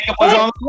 no